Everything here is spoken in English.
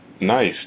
Nice